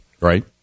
Right